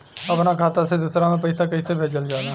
अपना खाता से दूसरा में पैसा कईसे भेजल जाला?